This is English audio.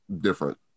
different